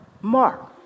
Mark